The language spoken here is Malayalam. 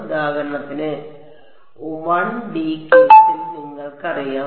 ഉദാഹരണത്തിന് 1 ഡി കേസിൽ നിങ്ങൾക്കറിയാം